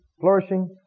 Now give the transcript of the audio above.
flourishing